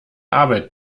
arbeit